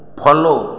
follow